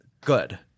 Good